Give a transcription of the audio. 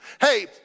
Hey